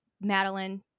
Madeline